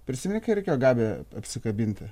prisimeni kai reikėjo gabija apsikabinti